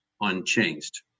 unchanged